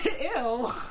Ew